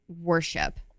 worship